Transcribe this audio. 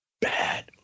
bad